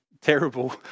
terrible